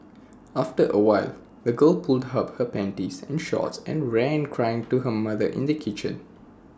after A while the girl pulled up her panties and shorts and ran crying to her mother in the kitchen